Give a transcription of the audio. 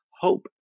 hope